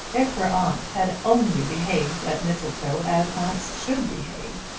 if her aunt had only behaved at mistletoe as aunts should behave,